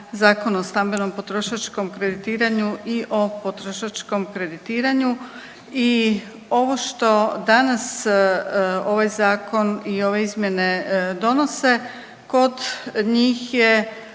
o stambenom potrošačkom kreditiranju i o potrošačkom kreditiranju i ovo što danas ovaj zakon i ove izmjene donose kod njih je,